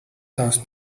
does